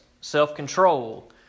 self-control